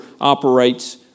operates